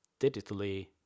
digitally